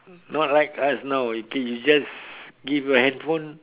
not like us now okay you just give a handphone